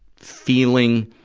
feeling,